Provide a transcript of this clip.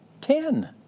Ten